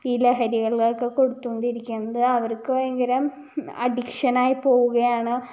ഈ ലഹരികളൊക്കെ കൊടുത്ത് കൊണ്ടിരിക്കുന്നത് അവർക്ക് ഭയങ്കര അഡിക്ഷൻ ആയി പോവുകയാണ്